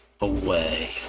away